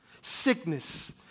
sickness